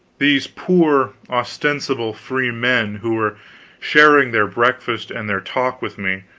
these poor ostensible freemen who were sharing their breakfast and their talk with me,